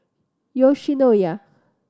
Yoshinoya